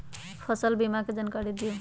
फसल बीमा के जानकारी दिअऊ?